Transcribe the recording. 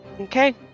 Okay